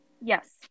Yes